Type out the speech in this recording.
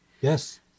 yes